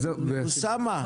את